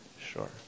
sure